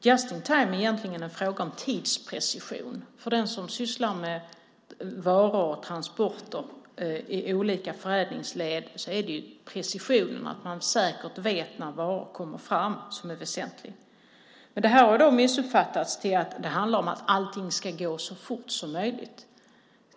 Just in time är egentligen en fråga om tidsprecision. För den som sysslar med varor och transporter i olika förädlingsled är det ju precisionen - att man säkert vet när varan kommer fram - som är väsentlig. Men detta har missuppfattats som att det handlar om att allt ska gå så fort som möjligt.